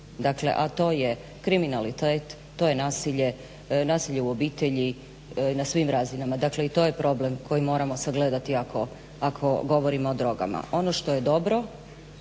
drogama a to je kriminalitet, to je nasilje, nasilje u obitelji, na svim raznima. Dakle i to je problem koji moramo sagledati ako govorimo o drogama. Ono što je dobro